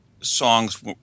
songs